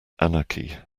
anarchy